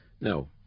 No